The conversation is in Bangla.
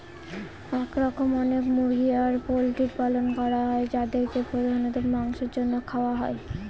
এরকম অনেক মুরগি আর পোল্ট্রির পালন করা হয় যাদেরকে প্রধানত মাংসের জন্য খাওয়া হয়